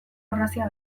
orrazia